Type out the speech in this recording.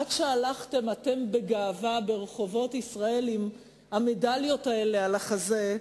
עד שהלכתם אתם בגאווה ברחובות ישראל עם המדליות האלה על החזה,